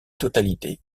totalité